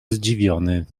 zdziwiony